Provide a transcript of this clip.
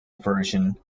version